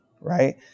Right